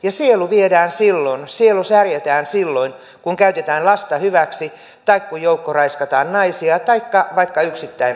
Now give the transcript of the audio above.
ja sielu viedään silloin sielu särjetään silloin kun käytetään lasta hyväksi tai kun joukkoraiskataan naisia taikka vaikka yksittäin raiskataan